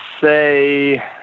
say